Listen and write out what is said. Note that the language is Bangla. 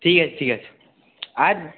ঠিক আছে ঠিক আছে আর